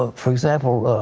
ah for example,